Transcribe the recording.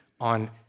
on